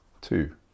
two